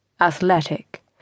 athletic